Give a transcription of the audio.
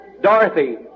Dorothy